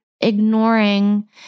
ignoring